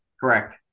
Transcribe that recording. correct